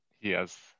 yes